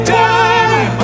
time